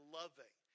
loving